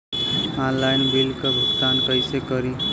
Online bill क भुगतान कईसे करी?